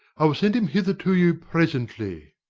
i will send him hither to you presently.